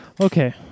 Okay